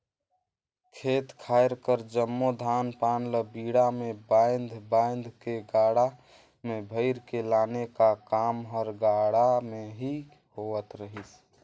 खेत खाएर कर जम्मो धान पान ल बीड़ा मे बाएध बाएध के गाड़ा मे भइर के लाने का काम हर गाड़ा मे ही होवत रहिस